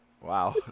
wow